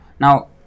Now